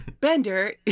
Bender